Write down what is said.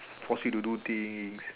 force you to do things